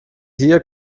hier